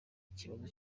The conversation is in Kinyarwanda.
ikibazo